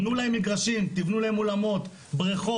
תנו להם מגרשים, תבנו להם אולמות, בריכות.